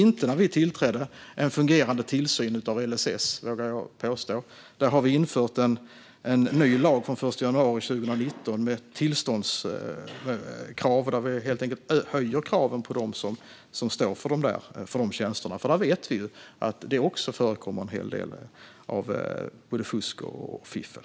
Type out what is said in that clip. När vi tillträdde fanns inte en fungerande tillsyn över LSS, vågar jag påstå. Vi har infört en ny lag från den 1 januari 2019 med tillståndskrav där vi helt enkelt höjer kraven på dem som står för de tjänsterna, för vi vet att det också förekommer en hel del fusk och fiffel.